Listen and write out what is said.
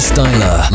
Styler